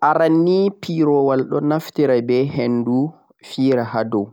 aran nei firowar don naftira be henduu fiira haa doo